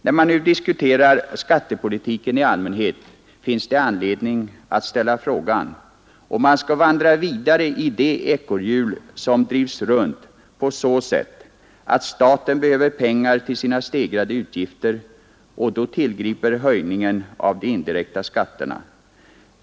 När man nu diskuterar skattepolitiken i allmänhet finns det anledning att ställa frågan, om man skall vandra vidare i det ekorrhjul som drivs runt på så sätt att staten behöver pengar till sina stegrade utgifter och då tillgriper en höjning av de indirekta skatterna.